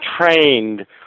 trained